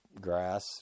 grass